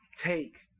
Take